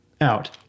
out